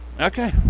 Okay